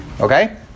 Okay